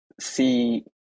see